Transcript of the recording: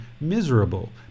miserable